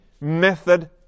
method